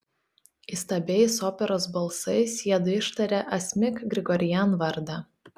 įstabiais operos balsais jiedu ištarė asmik grigorian vardą